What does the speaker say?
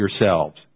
yourselves